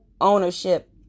ownership